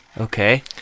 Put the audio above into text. Okay